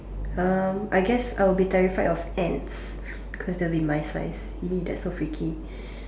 um I guess I will be terrified of ants cause they will be my size !ee! that's so freaky